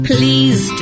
Please